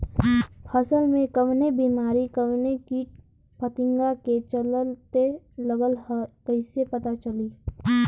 फसल में कवन बेमारी कवने कीट फतिंगा के चलते लगल ह कइसे पता चली?